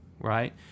right